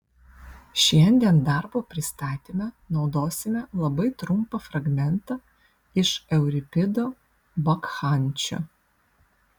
šiandien darbo pristatyme naudosime labai trumpą fragmentą iš euripido bakchančių